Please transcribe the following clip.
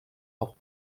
auch